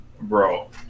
bro